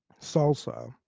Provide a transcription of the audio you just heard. Salsa